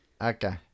Okay